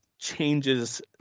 changes